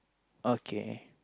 okay